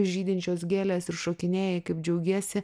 žydinčios gėlės ir šokinėji kaip džiaugiesi